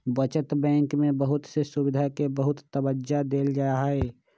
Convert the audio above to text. बचत बैंक में बहुत से सुविधा के बहुत तबज्जा देयल जाहई